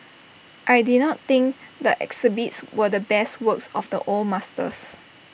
I did not think the exhibits were the best works of the old masters